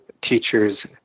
teachers